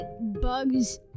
bugs